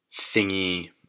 thingy